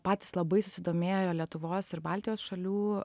patys labai susidomėjo lietuvos ir baltijos šalių